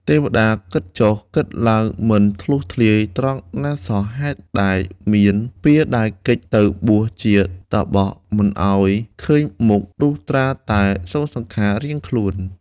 ទេវតាគិតចុះគិតឡើងមិនធ្លុះធ្លាយត្រង់ណាសោះ ហេតុដែលមាន ពៀរដែលគេចទៅបួសជាតាបសមិនឱ្យឃើញមុខលុះត្រាតែសូន្យសង្ខាររៀងខ្លួន។